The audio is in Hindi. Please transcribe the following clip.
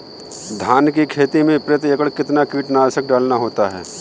धान की खेती में प्रति एकड़ कितना कीटनाशक डालना होता है?